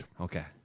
Okay